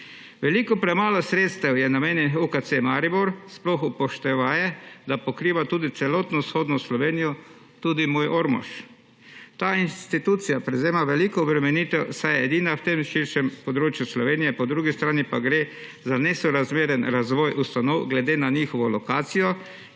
Veliko premalo sredstev je namenjenih UKC Maribor, sploh upoštevaje, da pokriva tudi celotno vzhodno Slovenijo, tudi moj Ormož. Ta institucija prevzema veliko obremenitev, saj je edina v tem širšem območju Slovenije; po drugi strani pa gre za nesorazmeren razvoj ustanov glede na njihovo lokacijo, ki se pa